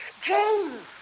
James